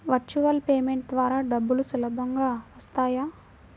Virtual payment ద్వారా డబ్బులు సులభంగా వస్తాయా?